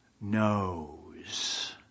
knows